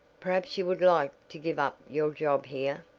perhaps you would like to give up your job here?